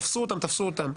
תפסו אותם-תפסו אותם.